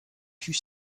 fut